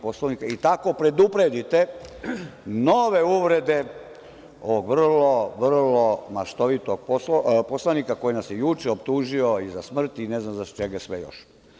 Poslovnika i tako predupredite nove uvrede ovog vrlo maštovitog poslanika, koji nas je juče optužio i za smrt i ne znam zašta još.